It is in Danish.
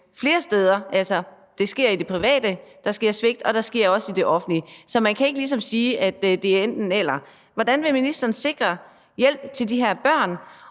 flere steder, altså at det sker i det private, og at det sker i det offentlige. Så man kan ligesom ikke sige, at det er enten-eller. Hvordan vil ministeren sikre hjælp til de her børn?